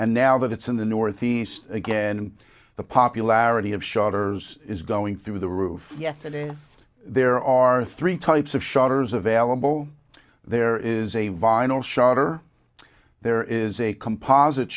and now that it's in the northeast again and the popularity of shutters is going through the roof yes it is there are three types of shutters available there is a vinyl shutter there is a composite